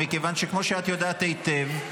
מכיוון שכמו שאת יודעת היטב,